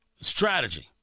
strategy